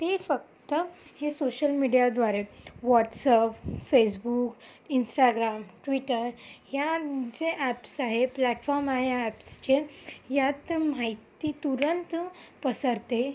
ते फक्त हे सोशल मीडियाद्वारे वाट्सअप फेसबुक इन्स्टाग्राम ट्वीटर ह्या जे ॲप्स आहे प्लॅटफॉर्म आहे ॲप्सचे यात माहिती तुरंत पसरते